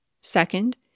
Second